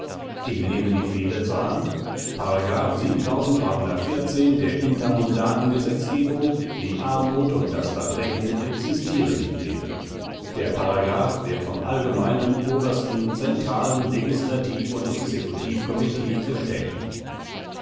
ich nehme die feder zur hand paragraph der intermundanen gesetzgebung die armut und das verbrechen existieren nicht mehr der paragraph wird vom allgemeinen obersten zentralen legislativ und exekutivkomitee bestätigt